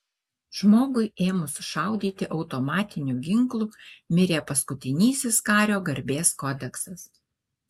žmogui ėmus šaudyti automatiniu ginklu mirė paskutinysis kario garbės kodeksas